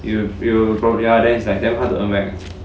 you feel phobia then is like damn hard to earn back